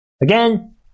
Again